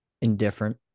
indifferent